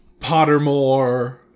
Pottermore